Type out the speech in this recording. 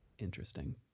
interesting